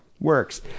Works